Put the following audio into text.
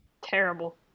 Terrible